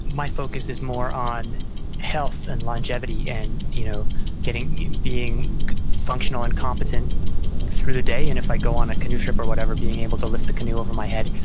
my focus is more on health and longevity and you know being functional and competent through the day. and if i go on a canoe trip or whatever, being able to lift the canoe over my head.